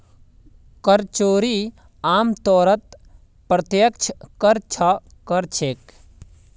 कर चोरी आमतौरत प्रत्यक्ष कर स कर छेक